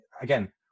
again